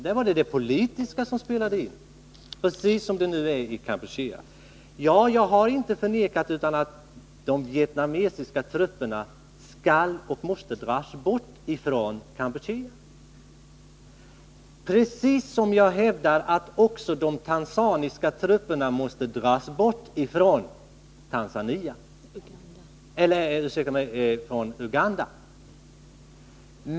Där var det politiska hänsyn som spelade in, precis som nu är fallet i Kampuchea. Jag har inte sagt annat än att de vietnamesiska trupperna måste dras bort från Kampuchea, precis som jag hävdar att de tanzaniska trupperna måste dras bort från Uganda.